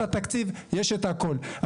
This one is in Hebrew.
כשאני